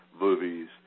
movies